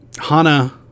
Hana